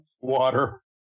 water